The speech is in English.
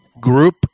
Group